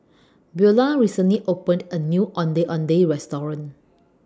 Beula recently opened A New Ondeh Ondeh Restaurant